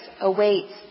awaits